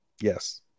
Yes